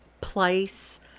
place